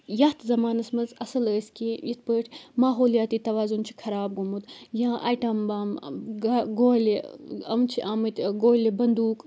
یَتھ زمانَس منٛز اَصٕل ٲسۍ کہِ یِتھ پٲٹھۍ ماحولیاتی توازُن چھِ خراب گوٚمُت یا آیٹَم بَم گولہِ یِم چھِ آمٕتۍ گولہِ بنٛدوٗق